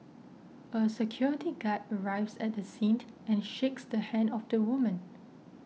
a security guard arrives at the scene and shakes the hand of the woman